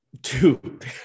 dude